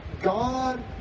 God